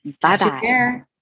Bye-bye